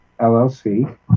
LLC